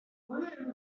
ale